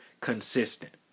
Consistent